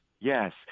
Yes